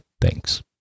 Thanks